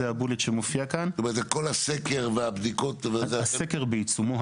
זאת אומרת, כל הסקר והבדיקות --- הסקר בעיצומו.